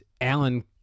alan